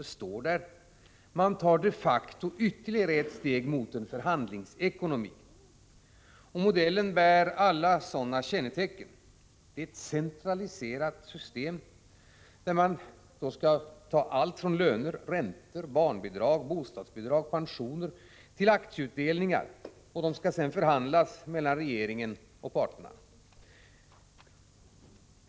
Det står där: ”Man tar de facto ytterligare ett steg mot en förhandlingsekonomi.” Modellen bär alla sådana kännetecken. Det är ett centraliserat system, där allt, från löner, räntor, barnbidrag, bostadsbidrag och pensioner till aktieutdelningar, skall förhandlas mellan regeringen och parterna.